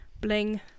bling